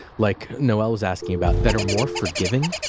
like noel was asking about, that are more forgiving?